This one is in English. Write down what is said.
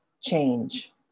change